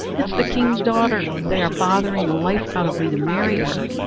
it's the king's daughter. they are bothering the life out of me to marry her.